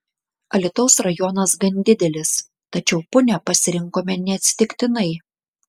alytaus rajonas gan didelis tačiau punią pasirinkome neatsitiktinai